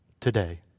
today